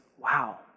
wow